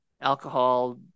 alcohol